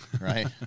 Right